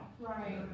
Right